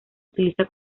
utiliza